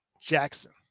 Jackson